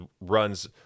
runs